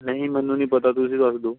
ਨਹੀਂ ਮੈਨੂੰ ਨਹੀਂ ਪਤਾ ਤੁਸੀਂ ਦੱਸ ਦਿਉ